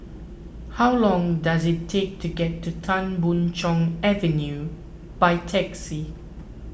how long does it take to get to Tan Boon Chong Avenue by taxi